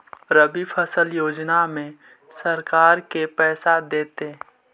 रबि फसल योजना में सरकार के पैसा देतै?